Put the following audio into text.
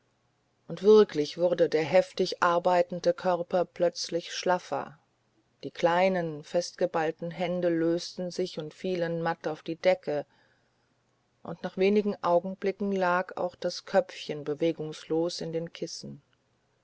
und wirklich wurde der heftig arbeitende körper plötzlich schlaffer die kleinen festgeballten hände lösten sich und fielen matt auf die decke und nach wenig augenblicken lag auch das köpfchen bewegungslos in den kissen